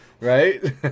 Right